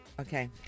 Okay